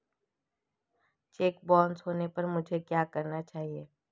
Check bounce होने पर मुझे क्या करना चाहिए?